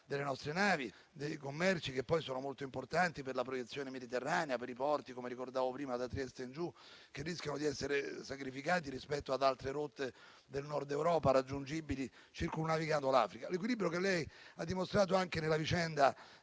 delle nostre navi e dei commerci, che sono molto importanti per la proiezione mediterranea e per i porti, come ricordavo prima, da Trieste in giù, che rischiano di essere sacrificati rispetto ad altre rotte del Nord Europa raggiungibili circumnavigando l'Africa. È lo stesso equilibrio che lei ha dimostrato anche nella vicenda